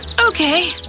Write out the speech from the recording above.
okay